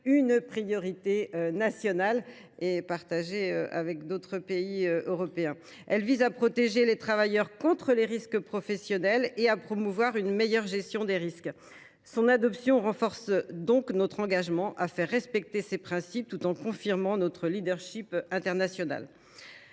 une priorité nationale, partagée, je le précise, avec d’autres pays européens. Ce texte vise à protéger les travailleurs contre les risques professionnels et à promouvoir une meilleure gestion des risques. Son adoption renforcerait notre engagement à faire respecter ces principes tout en confirmant notre leadership international.